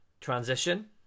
transition